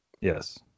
Yes